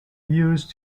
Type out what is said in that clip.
used